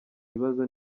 yibaza